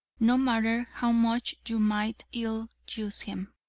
no matter how much you might ill use him,